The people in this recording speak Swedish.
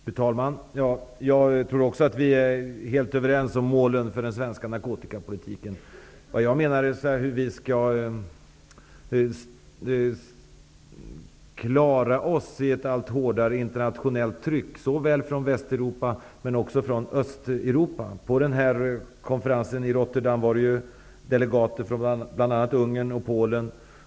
Fru talman! Jag tror också att vi är helt överens om målen för den svenska narkotikapolitiken. Vad jag undrade var hur vi skall klara oss i ett allt hårdare internationellt tryck såväl från Västeuropa som från Östeuropa. Vid konferensen i Rotterdam var delegater från bl.a. Ungern och Polen.